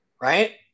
right